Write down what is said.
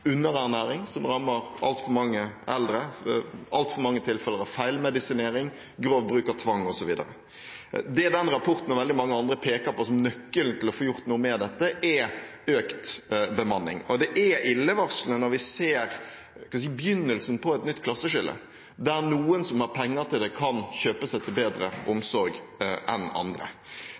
som rammer altfor mange eldre, altfor mange tilfeller av feilmedisinering, grov bruk av tvang osv. Det den rapporten og veldig mange andre peker på som nøkkelen til å få gjort noe med dette, er økt bemanning. Det er illevarslende når vi ser, skal vi si, begynnelsen på et nytt klasseskille, der noen som har penger til det, kan kjøpe seg til bedre omsorg enn andre.